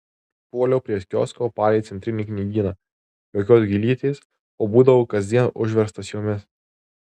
puoliau prie kiosko palei centrinį knygyną jokios gėlytės o būdavo kasdien užverstas jomis